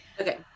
Okay